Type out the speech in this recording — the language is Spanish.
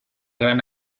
gran